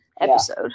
episode